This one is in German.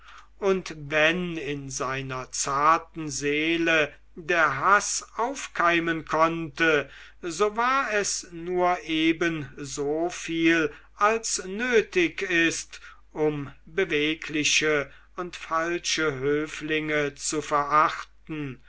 und wenn in seiner zarten seele der haß aufkeimen konnte so war es nur ebensoviel als nötig ist um bewegliche und falsche höflinge zu verachten